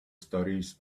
stories